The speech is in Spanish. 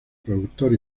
productor